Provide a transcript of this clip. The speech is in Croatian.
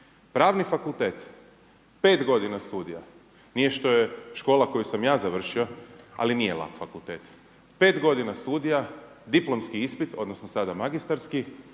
pravni fakultet, 5 godina studija, nije što je škola koju sam ja završio, ali nije lak fakultet. 5 godina studija, diplomski ispit, odnosno sada magistarski